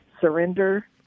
surrender